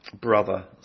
brother